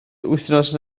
wythnos